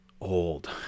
old